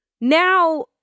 now